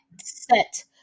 set